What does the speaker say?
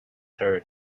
heard